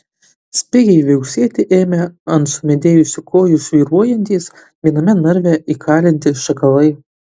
spigiai viauksėti ėmė ant sumedėjusių kojų svyruojantys viename narve įkalinti šakalai